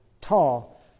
tall